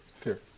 Fear